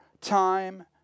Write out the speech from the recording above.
time